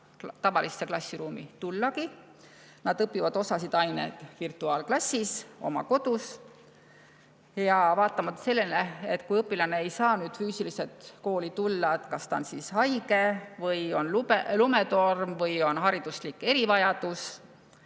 tavalisse klassiruumi tullagi. Nad õpivad osasid aineid virtuaalklassis oma kodus. Ja kui õpilane ei saa füüsiliselt kooli tulla – kas ta on haige või on lumetorm või on hariduslik erivajadus